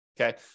okay